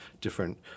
different